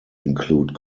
include